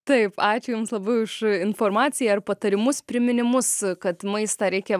taip ačiū jums labai už informaciją ir patarimus priminimus kad maistą reikia